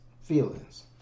feelings